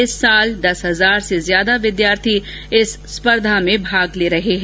इस वर्ष दस हजार से अधिक विद्यार्थी इस स्पर्धा में भाग ले रहे हैं